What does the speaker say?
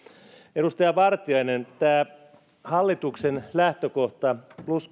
edustaja vartiainen tämä hallituksen lähtökohta plus